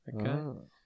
Okay